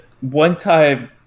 one-time